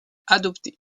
adoptée